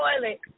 toilet